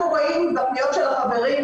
אני לא אפריע בעבודת הקודש שלך אני רק אשאל